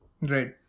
Right